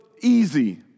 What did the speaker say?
easy